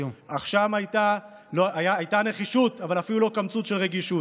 אך שם הייתה נחישות אבל אפילו לא קמצוץ של רגישות.